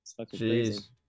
Jeez